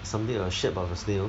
something in a shape of a snail